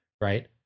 right